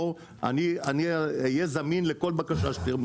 אני אהיה זמין לכל בקשה שתהיה.